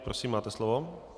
Prosím, máte slovo.